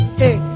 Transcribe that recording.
hey